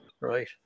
Right